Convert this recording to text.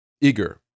eager